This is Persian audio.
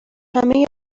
همه